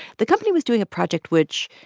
the company was doing a project which,